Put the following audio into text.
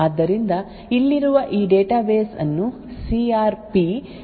ಆದ್ದರಿಂದ C R P database ಈ ನಿರ್ದಿಷ್ಟ ಸಾಧನದಿಂದ ಸವಾಲು ಮತ್ತು ನಿರೀಕ್ಷಿತ ಪ್ರತಿಕ್ರಿಯೆಯನ್ನು ಒಳಗೊಂಡಿದೆ